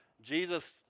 Jesus